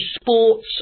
sports